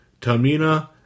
Tamina